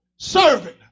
serving